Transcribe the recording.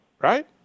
Right